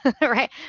right